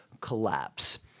collapse